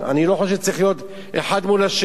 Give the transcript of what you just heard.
אני לא חושב שצריך להיות האחד מול השני.